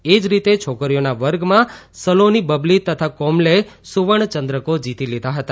એવી જ રીતે છોકરીઓના વર્ગમાં સલોની બબલી તથા કોમલે સુવર્ણ ચંદ્રકો જીતી લીધા હતા